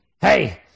hey